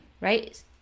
right